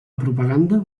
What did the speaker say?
propaganda